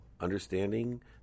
understanding